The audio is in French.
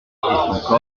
corps